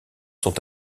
sont